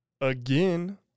Again